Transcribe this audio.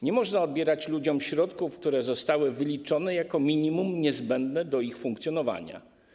Nie można odbierać ludziom środków, które zostały wyliczone jako minimum niezbędne do ich funkcjonowania.